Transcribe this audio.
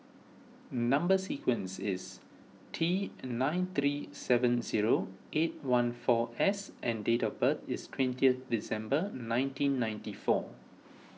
Number Sequence is T nine three seven zero eight one four S and date of birth is twentieth December nineteen ninety four